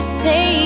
say